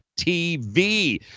TV